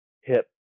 hip